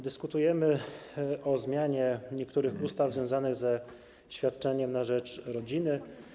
Dyskutujemy o zmianie niektórych ustaw związanych ze świadczeniem na rzecz rodziny.